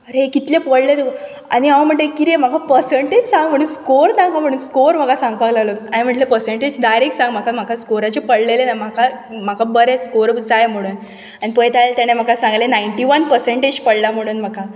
अरे कितले पडले तुका आनी हांव म्हणटा कितें म्हाका पसंर्टेज सांग म्हुणून स्कोर नाका म्हुणून स्कोर म्हाका सांगपाक लागलो हांय म्हटलें पसंर्टेज दायरेक्ट सांग म्हाका म्हाका स्कोराचें पडलेलें ना म्हाका म्हाका बरे स्कोर जाय म्हुणून आनी पळयता आल ताणें म्हाका सांगलें नायण्टी वन पसंर्टेज पडला म्हुणून म्हाका